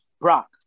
Brock